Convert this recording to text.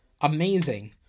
Amazing